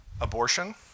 Abortion